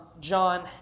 John